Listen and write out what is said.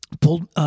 pulled